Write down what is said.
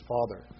Father